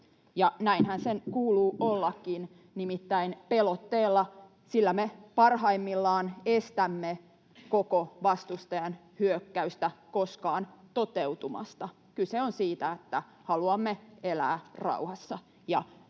näinhän sen kuuluu ollakin, nimittäin pelotteella me parhaimmillaan estämme koko vastustajan hyökkäystä koskaan toteutumasta. Kyse on siitä, että haluamme elää rauhassa ja turvata